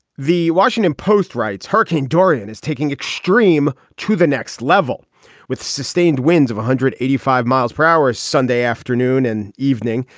the washington post writes hurricane dorian is taking extreme to the next level with sustained winds of one hundred eighty five miles per hour sunday afternoon and evening.